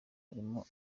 harimo